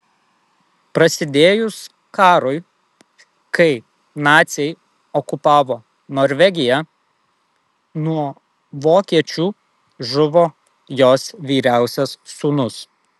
prasidėjus karui kai naciai okupavo norvegiją nuo vokiečių žuvo jos vyriausias sūnus